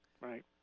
Right